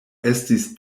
estis